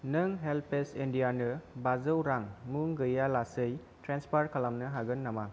नों हेल्पेज इण्डियानो बाजौ रां मुं गैयालासै ट्रेन्सफार खालामनो हागोन नामा